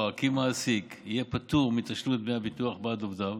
כי מעסיק יהא פטור מתשלום דמי ביטוח בעד עובדיו